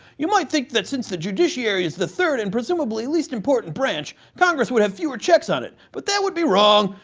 you might think that since the judiciary is the third and presumably least important branch, congress would have fewer checks on it. but that would be wrong!